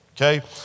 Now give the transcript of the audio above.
Okay